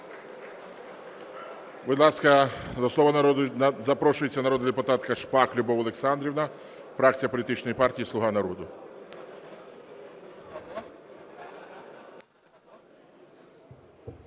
Будь ласка, до слова запрошується народна депутатка Шпак Любов Олександрівна, фракція політичної партії "Слуга народу".